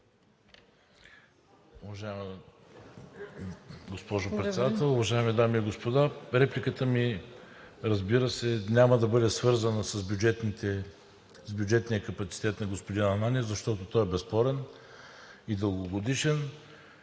Уважаема госпожо Председател, уважаеми дами и господа! Репликата ми, разбира се, няма да бъде свързана с бюджетния капацитет на господин Ананиев, защото той е безспорен и дългогодишен.